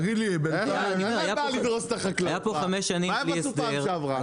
מה הם עשו בפעם שעברה?